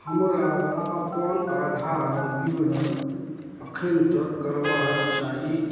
हमरा अपन आधार विवरण एखन तक करबाक चाही